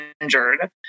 injured